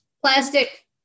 plastic